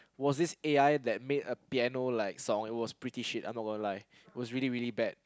was this A_I that made a like piano song it was pretty shit I'm not gonna lie it was really really bad